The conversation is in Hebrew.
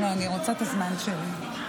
לא, אני רוצה את הזמן שלי.